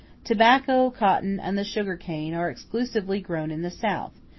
tobacco, cotton, and the sugar-cane are exclusively grown in the south,